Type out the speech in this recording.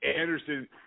Anderson